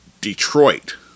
Detroit